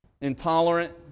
intolerant